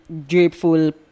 drapeful